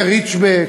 זה רידג'בק